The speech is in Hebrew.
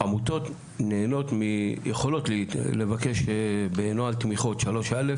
עמותות יכולות לבקש בנוהל תמיכות 3א'